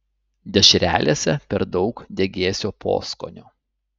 dešrelėse per daug degėsio poskonio